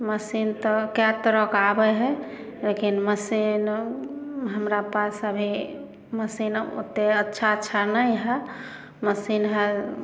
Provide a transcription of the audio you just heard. machine तऽ कए तरहके आबै हइ लेकिन मशीन हमरा पास अभी मशीन ओते अच्छा अच्छा नहि हइ मशीन हइ